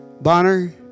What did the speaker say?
Bonner